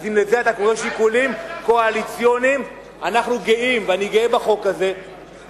אז אם לזה אתה קורא שיקולים, מה יקרה אחרי החוק?